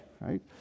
right